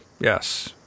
yes